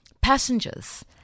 passengers